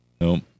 Nope